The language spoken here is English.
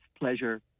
pleasure